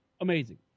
amazing